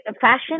fashion